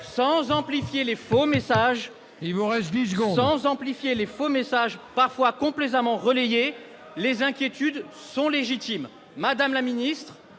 pas d'amplifier les faux messages, parfois complaisamment relayés, mais les inquiétudes sont légitimes. Madame la ministre,